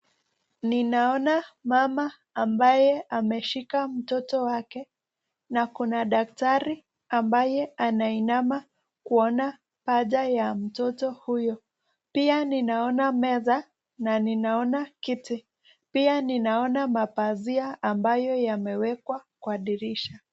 Ninaona mama ambaye ameshika mtoto wake na kuna daktari ambaye anainama kuona haja ya mtoto huyo. Pia ninaona meza na ninaona kiti. Pia ninaona mapazia ambayo yamewekwa kwa dirisha.